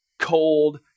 cold